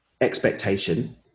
expectation